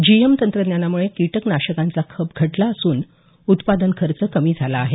GM तंत्रज्ञानामुळे कीटकनाशकांचा खप घटला असून उत्पादन खर्च कमी झाला आहे